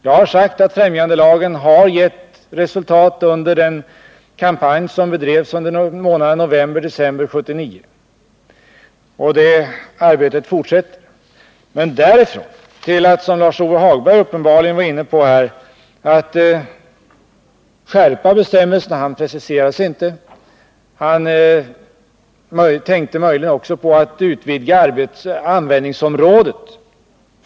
Jag har sagt att främjandelagen har givit resultat under den kampanj som bedrevs under månaderna november och december 1979. Det arbetet fortsätter. Men Lars-Ove Hagberg var inne på att man också skulle skärpa bestämmelserna. Han preciserade sig visserligen inte, men han tänkte möjligen på att man skulle utvidga främjandelagens användningsområde.